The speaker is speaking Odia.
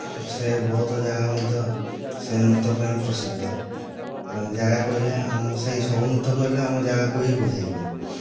ସେ ବହୁତ ଜାଗା ମଧ୍ୟ ସେଇ ନୃତ୍ୟ ପାଇଁ ପ୍ରସିଦ୍ଧ ଜାଗା କହିଲେ ଆମ ସେଇ ଛଉ ନୃତ୍ୟ କହିଲେ ଆମ ଜାଗାକୁ ହିଁ ବୁଝାଇବ